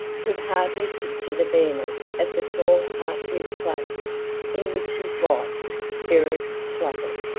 could hardly picture the bareness of the small half-lit place in which his wife's spirit fluttered.